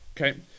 okay